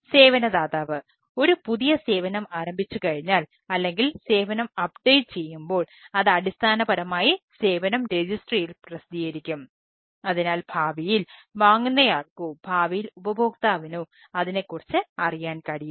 സേവന ദാതാവ് ഒരു പുതിയ സേവനം ആരംഭിച്ചുകഴിഞ്ഞാൽ അല്ലെങ്കിൽ സേവനം അപ്ഡേറ്റു പ്രസിദ്ധീകരിക്കും അതിനാൽ ഭാവിയിൽ വാങ്ങുന്നയാൾക്കോ ഭാവിയിൽ ഉപഭോക്താവിനോ അതിനെക്കുറിച്ച് അറിയാൻ കഴിയും